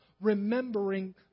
remembering